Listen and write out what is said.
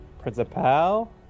Principal